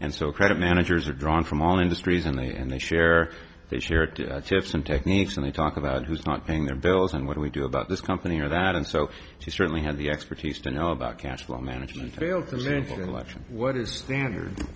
and so credit managers are drawn from all industries and they and they share they share tips and techniques and they talk about who's not paying their bills and what do we do about this company or that and so she certainly had the expertise to know about cashflow management failed to mention the election what is standard